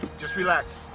just relax.